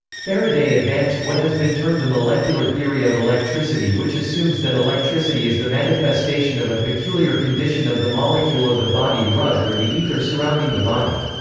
faraday advanced what has been termed the molecular theory of electricity which assumes that electricity is the manifestation of a peculiar condition of the molecule of the body rubbed or the ether surrounding the body.